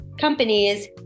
companies